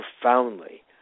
profoundly